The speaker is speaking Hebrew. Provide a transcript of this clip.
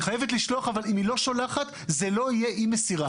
היא חייבת לשלוח אבל אם היא לא שולחת זה לא יהיה אי מסירה.